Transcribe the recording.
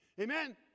Amen